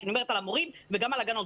אני מדברת על המורים וגם על הגננות,